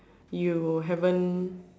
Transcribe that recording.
you haven't